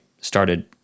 started